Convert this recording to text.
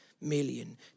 million